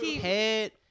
head